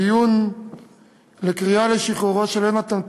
הדיון בקריאה לשחרורו של יהונתן פולארד.